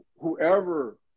whoever